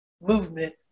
movement